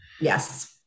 Yes